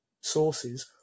sources